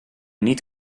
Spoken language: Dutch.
niet